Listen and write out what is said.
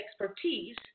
expertise